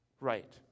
right